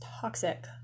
toxic